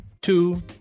two